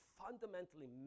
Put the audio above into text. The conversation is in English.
fundamentally